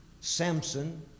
Samson